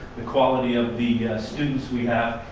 the quality of the students we have,